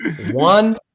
One